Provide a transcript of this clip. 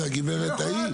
זה הגברת ההיא.